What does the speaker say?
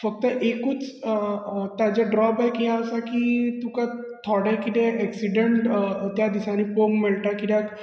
फक्त एकूच ताचे ड्रॉबेक हें आसा की तुका थोडे कितें ऍक्सीडंट ते दिसांनी पळोवंक मेळटा कित्याक